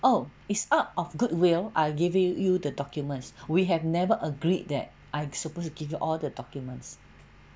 oh it's out of goodwill I'll give you you the documents we have never agreed that I'm suppose to give you all the documents